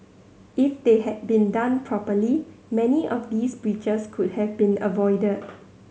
if they had been done properly many of these breaches could have been avoided